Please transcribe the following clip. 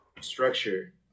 structure